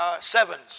sevens